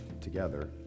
together